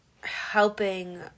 helping